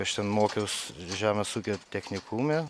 aš ten mokiaus žemės ūkio technikume